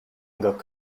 common